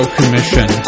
Commission